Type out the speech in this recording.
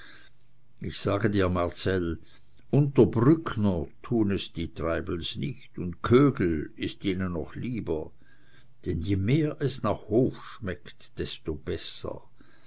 ich sage dir marcell unter brückner tun es treibels nicht und kögel ist ihnen noch lieber denn je mehr es nach hof schmeckt desto besser